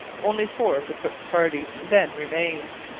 only four of the cook's party then remained,